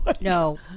No